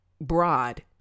broad